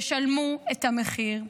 ישלמו את המחיר.